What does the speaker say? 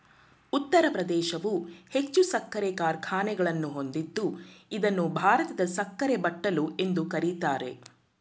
ಉತ್ತರ ಪ್ರದೇಶವು ಹೆಚ್ಚು ಸಕ್ಕರೆ ಕಾರ್ಖಾನೆಗಳನ್ನು ಹೊಂದಿದ್ದು ಇದನ್ನು ಭಾರತದ ಸಕ್ಕರೆ ಬಟ್ಟಲು ಎಂದು ಕರಿತಾರೆ